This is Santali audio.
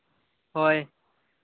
ᱦᱳᱭ